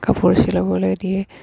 কাপোৰ চিলাবলৈ দিয়ে